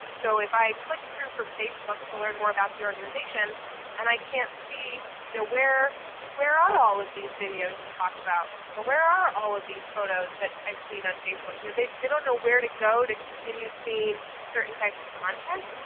so if i clicked through from facebook to learn more about the organization and i can't see, you know where where are all of these videos you talk about? or where are all of these photos that i've seen on facebook? you know they they don't know where to go to continue seeing certain types of content.